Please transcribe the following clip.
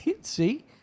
See